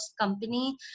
company